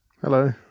hello